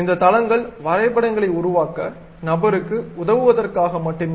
இந்த தளங்கள் வரைபடங்களை உருவாக்க நபருக்கு உதவுவதற்காக மட்டுமே